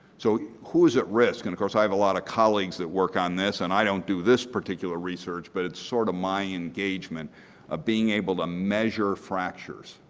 so who is at risk. and of course i have a lot of colleagues that work on this and i don't do this particular research, but it sort of my engagement of being able to measure fractures